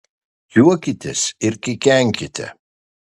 juokitės ir kikenkite